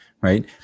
Right